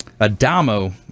adamo